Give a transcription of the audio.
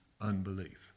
unbelief